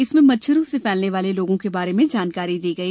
इसमें मच्छरों से फैलने वाले रोगों के बारे में जानकारी दी गई